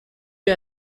you